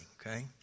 okay